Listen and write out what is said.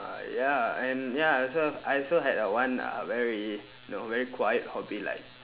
uh ya and ya I also I also had a one uh very you know very quiet hobby like